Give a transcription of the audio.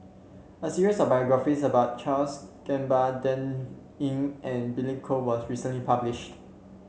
a series of biographies about Charles Gamba Dan Ying and Billy Koh was recently published